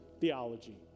theology